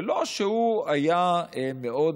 ולא שהוא היה מאוד